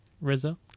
Rizzo